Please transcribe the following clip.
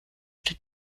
oder